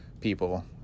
people